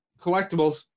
collectibles